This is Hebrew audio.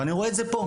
ואני רואה את זה פה.